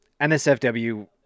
NSFW